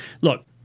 Look